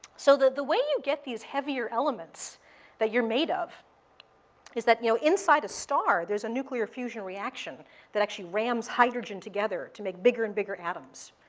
so the way you get these heavier elements that you're made of is that, you know, inside a star, there's a nuclear fusion reaction that actually rams hydrogen together to make bigger and bigger atoms.